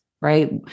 right